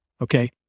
Okay